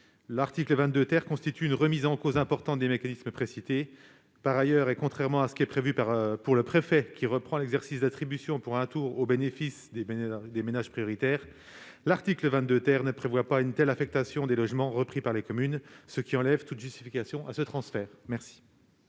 l'article 22 constitue une remise en cause importante des mécanismes précités. Par ailleurs, et contrairement à ce qui est prévu pour le préfet, qui reprend l'exercice d'attribution pour un tour au bénéfice des ménages prioritaires, l'article 22 ne prévoit pas une telle affectation des logements repris par les communes, ce qui prive ce transfert de